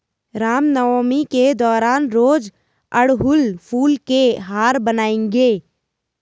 रामनवमी के दौरान रोज अड़हुल फूल के हार बनाएंगे